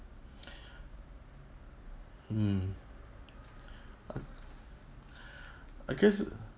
mm I I guess